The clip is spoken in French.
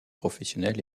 professionnels